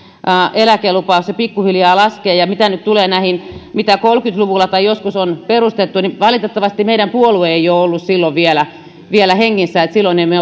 eläkelupaus ja se pikkuhiljaa laskee ja mitä nyt tulee näihin mitä kolmekymmentä luvulla tai joskus on perustettu niin valitettavasti meidän puolue ei ole ollut silloin vielä vielä hengissä silloin emme